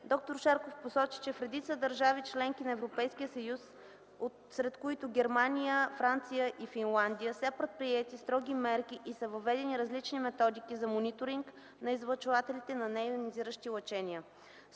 Доктор Шарков посочи, че в редица държави – членки на Европейския съюз, сред които Германия, Франция и Финландия, са предприети строги мерки и са въведени различни методики за мониторинг на излъчвателите на нейонизиращи лъчения.